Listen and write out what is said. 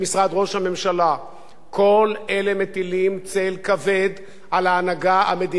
כל אלה מטילים צל כבד על ההנהגה המדינית-ביטחונית של מדינת ישראל,